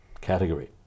category